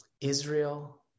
Israel